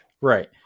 right